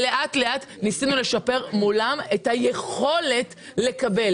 לאט לאט ניסינו לשפר מולם את היכולת לקבל